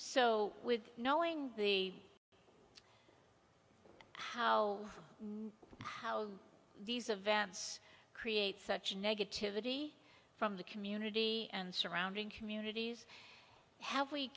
so with knowing the how these events create such negativity from the community and surrounding communities have we